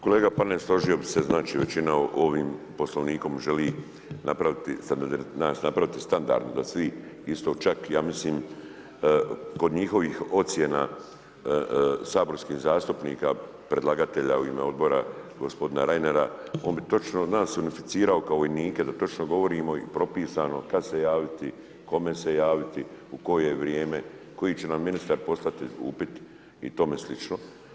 Kolega Panenić, složio bih se, znači većina ovim Poslovnikom želi napraviti standardno, da svi isto čak ja mislim, kod njihovih ocjena saborskih zastupnika predlagatelja u ime odbora, gospodina Reinera, on bi točno nas unificirao kao vojnike da točno govorimo i propisano kad se javiti, kome se javiti, u koje vrijeme, koji će nam ministar poslati upit i tome slično.